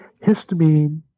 Histamine